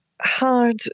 hard